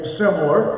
similar